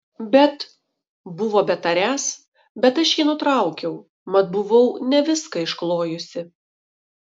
bet buvo betariąs bet aš jį nutraukiau mat buvau ne viską išklojusi